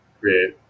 create